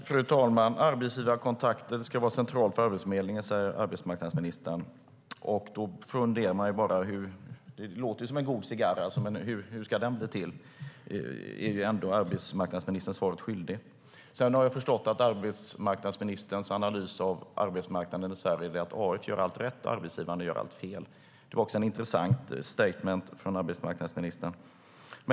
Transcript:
Fru talman! Arbetsgivarkontakter ska vara centralt för Arbetsförmedlingen, säger arbetsmarknadsministern. Det låter som en god cigarr, men man undrar hur den ska bli till. Där blir arbetsmarknadsministern svaret skyldig. Sedan har jag förstått att arbetsmarknadsministerns analys av arbetsmarknaden i Sverige är att AF gör allt rätt och arbetsgivarna gör allt fel. Det var ett intressant statement från arbetsmarknadsministern.